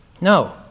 No